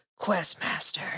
Questmaster